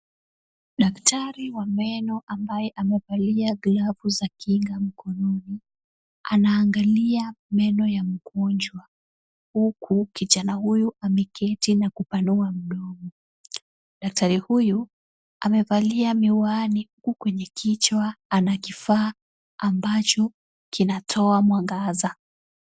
Daktari wa meno ambaye amevalia glavu za kinga mkononi, anaangalia meno ya mgonjwa huku kijana huyu ameketi na kupanua mdomo. Daktari huyu amevalia miwani huku kwenye kichwa ana kifaa ambacho kinatoa mwangaza.